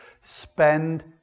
Spend